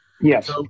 Yes